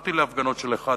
הלכתי להפגנות של 1 במאי.